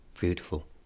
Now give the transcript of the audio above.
beautiful